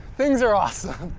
things are awesome!